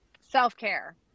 self-care